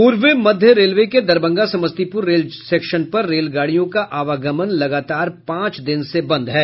पूर्व मध्य रेलवे के दरभंगा समस्तीपूर रेल सेक्शन पर रेल गाडियों का आवागामन लगातार पांच दिन से बंद है